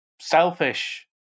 selfish